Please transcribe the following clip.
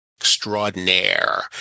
extraordinaire